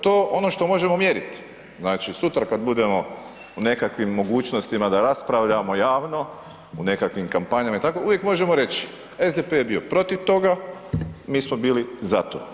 To ono što možemo mjerit, znači sutra kad budemo u nekakvim mogućnostima da raspravljamo javno u nekakvim kampanjama i tako, uvijek možemo reći SDP je bio protiv toga, mi smo bili za to.